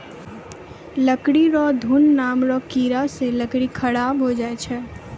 लकड़ी रो घुन नाम रो कीड़ा से लकड़ी खराब होय जाय छै